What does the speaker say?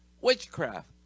Witchcraft